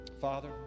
Father